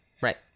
right